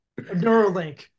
Neuralink